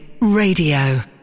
Radio